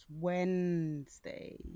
Wednesday